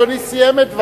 אדוני סיים את דבריו,